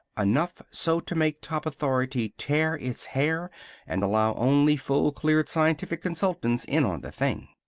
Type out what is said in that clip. enough so to make top authority tear its hair and allow only fully-cleared scientific consultants in on the thing.